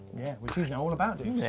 yeah, we're usually all about